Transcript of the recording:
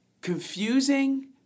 Confusing